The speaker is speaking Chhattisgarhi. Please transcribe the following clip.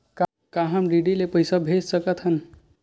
का हम डी.डी ले पईसा भेज सकत हन?